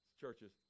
churches